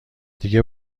دیگه